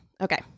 Okay